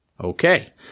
Okay